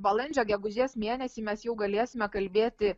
balandžio gegužės mėnesį mes jau galėsime kalbėti